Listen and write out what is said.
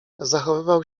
zachowywał